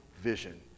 vision